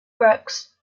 brooks